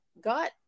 got